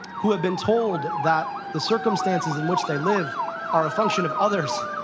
who have been told that the circumstances in which they live are a function of others,